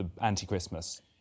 anti-Christmas